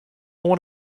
oan